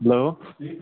hello